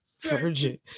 virgin